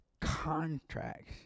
contracts